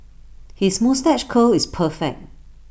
his moustache curl is perfect